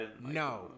no